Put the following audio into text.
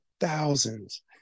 thousands